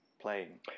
playing